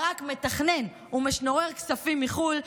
ברק מתכנן ומשנורר כספים מחו"ל,